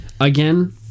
again